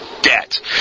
debt